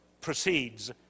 proceeds